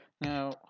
Now